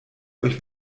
euch